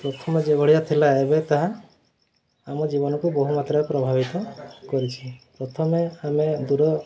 ପ୍ରଥମେ ଯେଭଳିଆ ଥିଲା ଏବେ ତାହା ଆମ ଜୀବନକୁ ବହୁ ମାତ୍ରାରେ ପ୍ରଭାବିତ କରିଛି ପ୍ରଥମେ ଆମେ ଦୂର